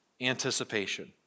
Anticipation